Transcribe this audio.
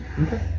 Okay